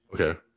okay